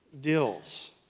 deals